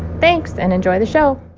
thanks, and enjoy the show